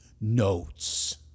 notes